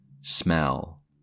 smell